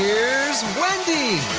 here's wendy!